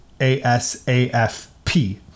A-S-A-F-P